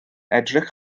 edrych